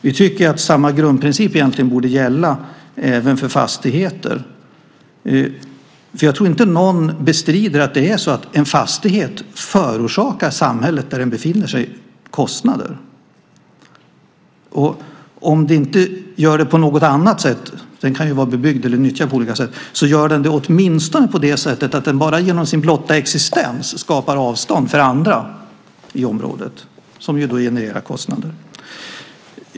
Vi tycker egentligen att samma grundprincip borde gälla även för fastigheter. Jag tror inte att någon bestrider att en fastighet förorsakar samhället där den befinner sig kostnader. Om den inte gör det på något annat sätt - den kan ju vara bebyggd eller nyttjad på olika sätt - så gör den det åtminstone på det sättet att den redan genom sin blotta existens skapar avstånd för andra i området, vilket genererar kostnader.